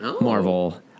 Marvel